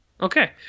Okay